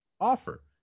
offer